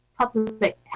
public